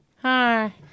Hi